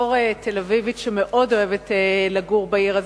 בתור תל-אביבית שמאוד אוהבת לגור בעיר הזאת,